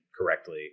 correctly